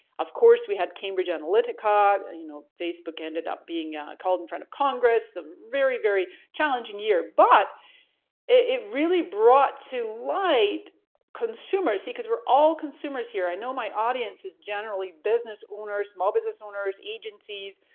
of course we had cambridge analytica, and you know facebook ended up being called in front of congress, some very, very challenging year but it really brought to light consumers, see cause we're all consumers here. i know my audience is generally business owners, small business owners, agencies,